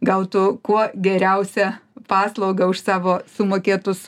gautų kuo geriausią paslaugą už savo sumokėtus